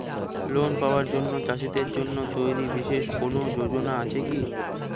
Loan পাবার জন্য চাষীদের জন্য তৈরি বিশেষ কোনো যোজনা আছে কি?